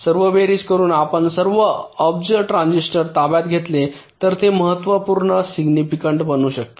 सर्व बेरीज करून आपण सर्व अब्ज ट्रान्झिस्टर ताब्यात घेतले तर ते महत्त्वपूर्ण सिग्निफिकन्ट बनू शकते